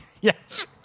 Yes